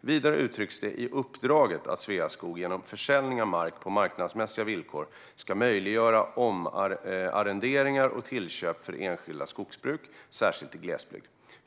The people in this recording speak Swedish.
Vidare uttrycks det i uppdraget att Sveaskog genom försäljning av mark på marknadsmässiga villkor ska möjliggöra omarrenderingar och tillköp för enskilda skogsbruk, särskilt i glesbygd.